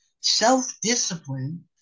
self-discipline